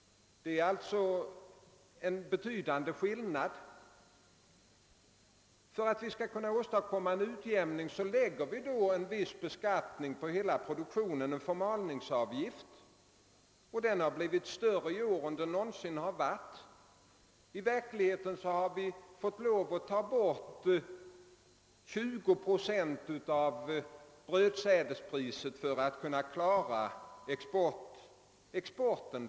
Det är alltså en betydande skillnad. För att åstadkomma en utjämning lägger vi en viss beskattning på hela produktionen, en förmalningsavgift, och den har i år blivit större än den någonsin tidigare varit. I verkligheten har vi fått lov att ta bort 20 procent av brödsädespriset för att kunna finansiera exporten.